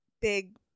big